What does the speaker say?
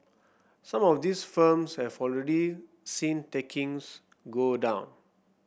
some of these firms have already seen takings go down